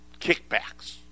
kickbacks